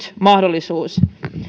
mahdollisuus